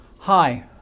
Hi